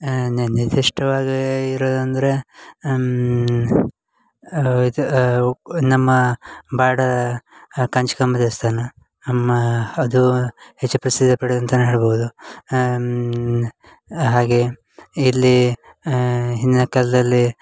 ನಿರ್ದಿಷ್ಟವಾಗಿ ಇರುದಂದರೆ ಇದು ನಮ್ಮ ಬಾಡ ಕಾಂಚಿಕಾಂಬ ದೇವಸ್ಥಾನ ನಮ್ಮ ಅದು ಹೆಚ್ಚು ಪ್ರಸಿದ್ಧಿ ಪಡೆದಂತಲೇ ಹೇಳ್ಬೌದು ಹಾಗೆ ಇಲ್ಲಿ ಹಿಂದಿನ ಕಾಲದಲ್ಲಿ